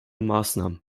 maßnahmen